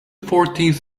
fourteenth